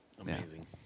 amazing